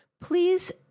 Please